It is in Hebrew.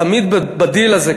תמיד בדיל הזה,